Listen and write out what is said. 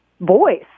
voice